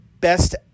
best